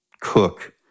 cook